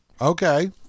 Okay